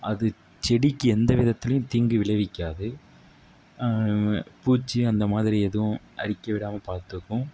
அது செடிக்கு எந்த விதத்துலேயும் தீங்கு விளைவிக்காது பூச்சி அந்தமாதிரி எதுவும் அரிக்க விடாமல் பார்த்துக்கும்